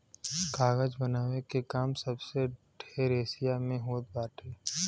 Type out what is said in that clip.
कागज बनावे के काम सबसे ढेर एशिया में होत बाटे